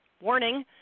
Warning